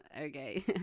okay